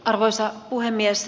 arvoisa puhemies